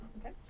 Okay